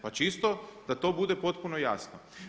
Pa čisto da to bude potpuno jasno.